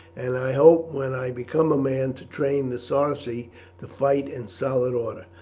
and i hope when i become a man to train the sarci to fight in solid order,